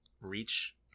reach